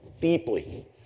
deeply